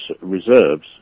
reserves